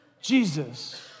Jesus